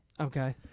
Okay